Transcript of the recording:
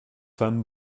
femme